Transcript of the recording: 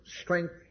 strength